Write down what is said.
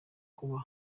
kuba